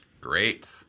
Great